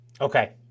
Okay